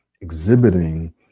exhibiting